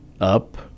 up